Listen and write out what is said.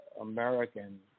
American